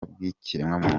bw’ikiremwamuntu